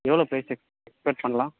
எவ்வளோ price expect பண்ணலாம்